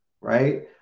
right